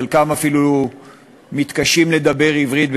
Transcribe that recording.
חלקם אפילו מתקשים לדבר עברית,